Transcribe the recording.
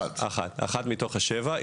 אחת מתוך שבע החלופות.